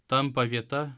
tampa vieta